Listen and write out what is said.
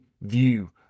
view